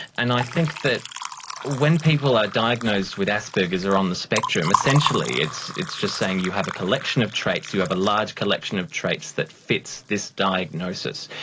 and i think that when people are diagnosed with asperger's or on the spectrum, essentially it's it's just saying you have a collection of traits, you have a large collection of traits that fits this diagnosis.